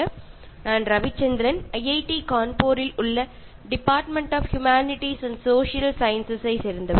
Refer Slide Time 0018 நான் Ravichandran IIT கான்பூரில் உள்ள டிபார்ட்மென்ட் ஆஃப் ஹியூமனிடிஸ் மற்றும் சோசியல் சயின்ஸ் ஐ சேர்ந்தவர்